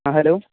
ആ ഹലോ